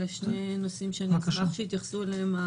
אלה שני נושאים שאשמח שאנשי המקצוע יתייחסו אליהם.